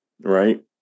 Right